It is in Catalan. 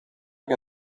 que